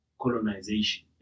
colonization